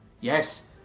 Yes